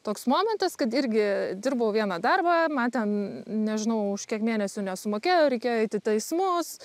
toks momentas kad irgi dirbau vieną darbą man ten nežinau už kiek mėnesių nesumokėjo reikėjo eiti į teismus